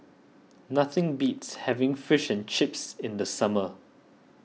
nothing beats having Fish and Chips in the summer